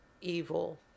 evil